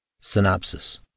Synopsis